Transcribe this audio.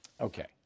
Okay